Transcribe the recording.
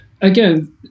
Again